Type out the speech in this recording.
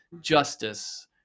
justice